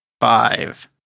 Five